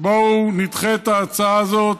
בואו נדחה את ההצעה הזאת,